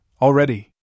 already